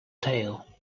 tail